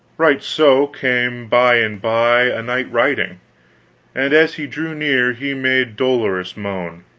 right so came by and by a knight riding and as he drew near he made dolorous moan,